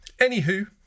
Anywho